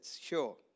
sure